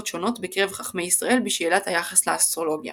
שונות בקרב חכמי ישראל בשאלת היחס לאסטרולוגיה